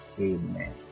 Amen